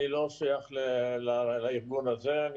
אני לא שייך לארגון הזה.